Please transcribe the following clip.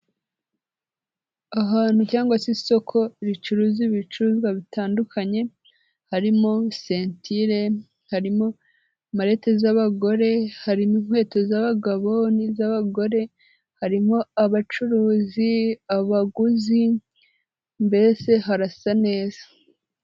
Ahantu cyangwa se isoko ricuruza ibicuruzwa bitandukanye, harimo sentire, harimo marete z'abagore, harimo inkweto z'abagabo n'iz'abagore, harimo abacuruzi, abaguzi, mbese harasa neza.